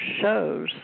shows